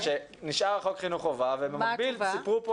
נשאר חוק חינוך חובה ובמקביל סיפרו כאן